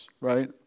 right